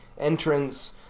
entrance